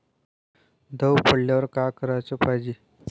दव पडल्यावर का कराच पायजे?